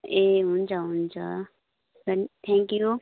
ए हुन्छ हुन्छ धन् थ्याङ्कयू